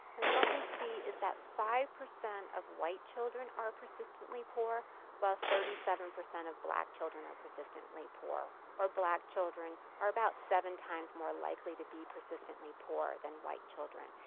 and what we see is that five percent of white children are persistently poor while thirty seven percent of black children are persistently poor. or black children are about seven times more likely to be persistently poor than white children.